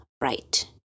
right